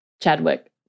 Chadwick